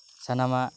ᱥᱟᱱᱟᱢᱟᱜ